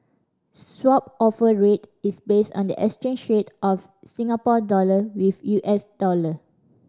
Swap Offer Rate is based on the exchange rate of Singapore dollar with U S dollar